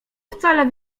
wcale